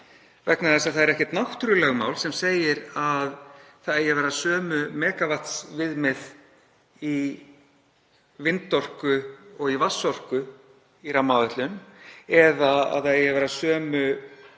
frumvarpinu? Það er ekkert náttúrulögmál sem segir að það eigi að vera sömu megavattsviðmið í vindorku og í vatnsorku í rammaáætlun eða að það eigi að vera sömu